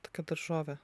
tokia daržovė